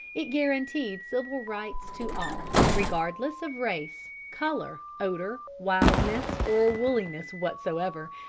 it guaranteed civil rights to all, regardless of race, color, odor, wildness or wooliness whatsoever,